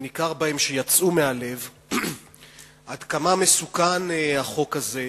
שניכר בהם שיצאו מהלב, עד כמה מסוכן החוק הזה,